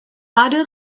other